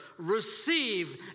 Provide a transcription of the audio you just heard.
Receive